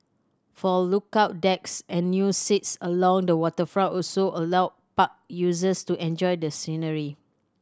four lookout decks and new seats along the waterfront also allow park users to enjoy the scenery